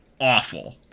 awful